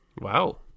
Wow